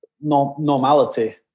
normality